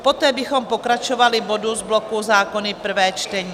Poté bychom pokračovali body z bloku Zákony prvé čtení.